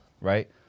right